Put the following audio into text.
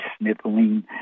sniffling